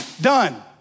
Done